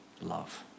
love